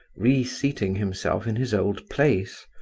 reseating himself in his old place.